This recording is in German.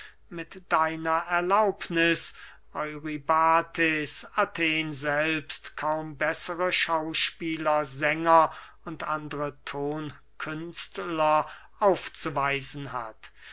mit deiner erlaubniß eurybates athen selbst kaum bessere schauspieler sänger und andre tonkünstler aufzuweisen hat